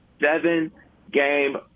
seven-game